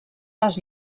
les